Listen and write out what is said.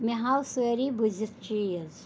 مےٚ ہاو سٲرِی بٕزِتھ چیٖز